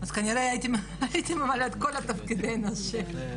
אז כנראה הייתי ממלאת את כל תפקידי הנשים.